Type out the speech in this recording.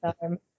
time